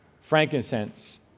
frankincense